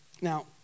Now